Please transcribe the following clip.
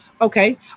Okay